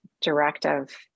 directive